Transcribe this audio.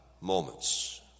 moments